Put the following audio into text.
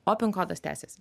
o pin kodas tęsiasi